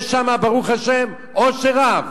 יש שם ברוך השם עושר רב.